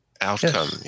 outcome